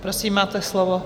Prosím, máte slovo.